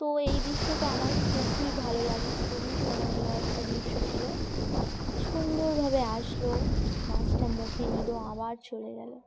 তো এই দৃশ্যটা আমার খুবই ভালো লাগে খুবই স্মরণীয় একটা দৃশ্য ছিল সুন্দরভাবে আসলো মাছটা মুখে নিল আবার চলে গেল